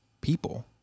people